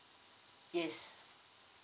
yes